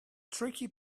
tricky